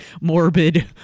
morbid